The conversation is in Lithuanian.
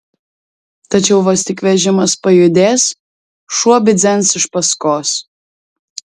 tačiau vos tik vežimas pajudės šuo bidzens iš paskos